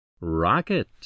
Rocket